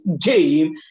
game